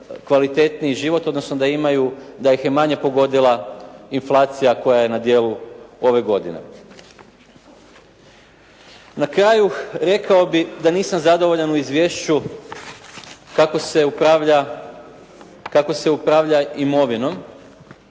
kvalitetniji život, odnosno da ih je manje pogodila inflacija koja je na djelu ove godine. Na kraju rekao bih da nisam zadovoljan u izvješću kako se upravlja imovinom,